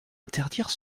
interdire